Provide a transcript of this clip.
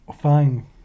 Fine